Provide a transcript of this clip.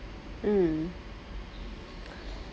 mm